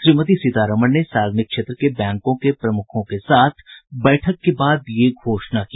श्रीमती सीतारमण ने सार्वजनिक क्षेत्र के बैंकों के प्रमुखों के साथ बैठक के बाद ये घोषणा की